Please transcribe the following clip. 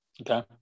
Okay